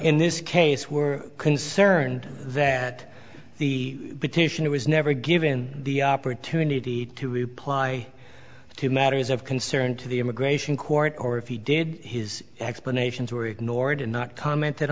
in this case were concerned that the petitioner was never given the opportunity to reply to matters of concern to the immigration court or if he did his explanations were ignored and not commented